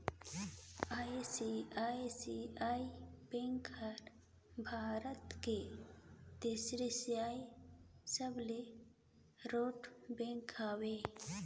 ICICI bank हर भारत के तीसरईया सबले रोट बेंक हवे